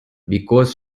because